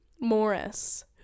Morris